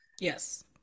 yes